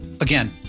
Again